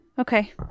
Okay